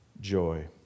joy